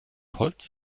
holz